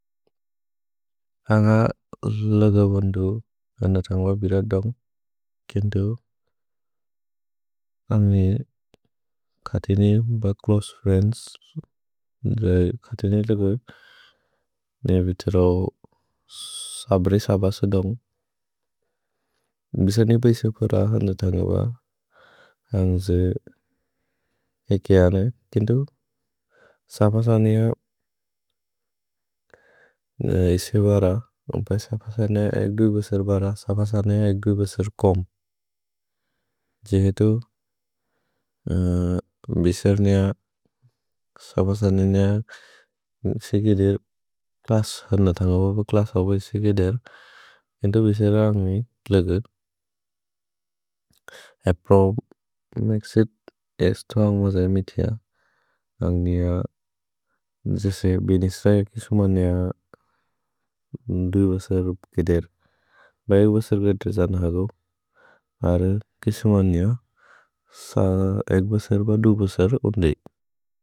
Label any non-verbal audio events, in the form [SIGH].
अन्ग लगबोन्दु अनदन्गुअ बिल दोन्ग् किन्दु। [HESITATION] अनि [HESITATION] कति नि ब च्लोसे फ्रिएन्द्स्, कति नि लगु [HESITATION] ने वित्रौ सबरि सबसे दोन्ग्। [HESITATION] भिस नि ब इस बर अनदन्गुअ अन्ग्जे एकेअने। किन्दु सबसनेअ इस बर, नोप [HESITATION] सबसनेअ एग्दु बसर् बर। [HESITATION] सबसनेअ एग्दु बसर् कोम्। [HESITATION] जि हेतु [HESITATION] बिस नि सबसनेअ इस गिदेर्, प्लुस् अनदन्गुअ बिल प्लुस् अव इस गिदेर्। किन्दु बिस लन्गि लगद्। [HESITATION] अप्रओ मेक्सित् एस्तुअन्ग् [HESITATION] बजए मितिअ। अन्गिअ जेसे बेनिस्रए किसुमनिअ [HESITATION] दु बसर् गिदेर्। [HESITATION] ब एगु बसर् गत जन् हगु, [HESITATION] अर्रे किसुमनिअ स एगु बसर् ब दु बसर् उन्दि।